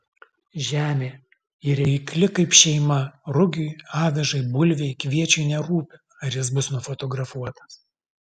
žemė ji reikli kaip šeima rugiui avižai bulvei kviečiui nerūpi ar jis bus nufotografuotas